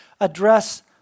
address